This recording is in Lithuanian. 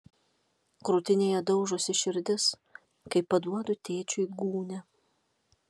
krūtinėje daužosi širdis kai paduodu tėčiui gūnią